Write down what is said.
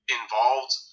involved